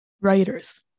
Writers